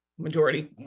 Majority